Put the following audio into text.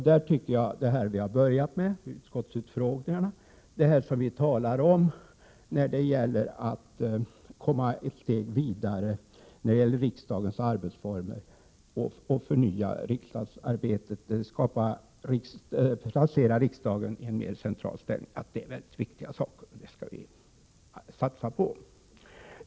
Där tycker jag att det vi börjat med, utskottsutfrågningarna, och det vi talar om när det gäller att komma ett steg vidare i fråga om riksdagens arbetsformer och att förnya riksdagsarbetet och ge riksdagen en mer central ställning är viktiga frågor som vi skall satsa på.